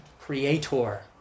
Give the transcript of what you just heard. Creator